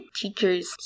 teachers